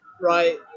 Right